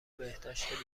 بهداشت